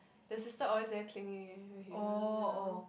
the sister always very clingy with him you know